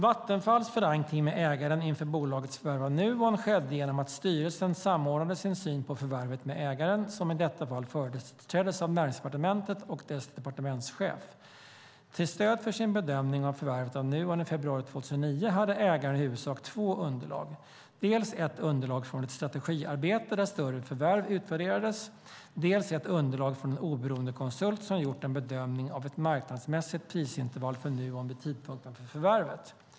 Vattenfalls förankring med ägaren inför bolagets förvärv av Nuon skedde genom att styrelsen samordnade sin syn på förvärvet med ägaren, som i detta fall företräddes av Näringsdepartementet och dess departementschef. Till stöd för sin bedömning av förvärvet av Nuon i februari 2009 hade ägaren i huvudsak två underlag, dels ett underlag från ett strategiarbete där större förvärv utvärderades, dels ett underlag från en oberoende konsult som gjort en bedömning av ett marknadsmässigt prisintervall för Nuon vid tidpunkten för förvärvet.